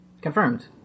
Confirmed